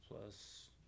plus